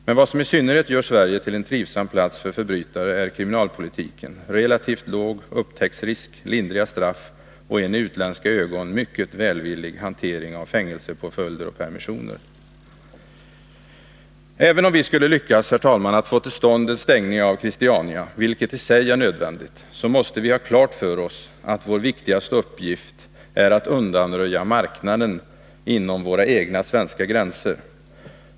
Men vad som i synnerhet gör Sverige till en trivsam plats för förbrytare är kriminalpolitiken: relativt låg upptäcktsrisk, lindriga straff och en i utländska ögon mycket välvillig hantering av fängelsepåföljder och permissioner. Även om vi skulle lyckas, herr talman, att få till stånd en stängning av Christiania, vilket i sig är nödvändigt, så måste vi ha klart för oss att vår viktigaste uppgift är att undanröja marknaden inom våra egna gränser.